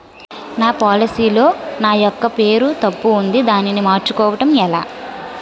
నా పోలసీ లో నా యెక్క పేరు తప్పు ఉంది దానిని మార్చు కోవటం ఎలా?